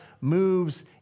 moves